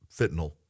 fentanyl